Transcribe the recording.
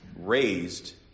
raised